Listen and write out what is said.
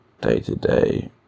day-to-day